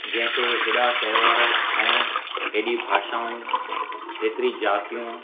जंहिं ते हेॾा त्योहार ऐं हेॾी भाषाऊं हेतिरी जातियूं